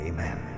Amen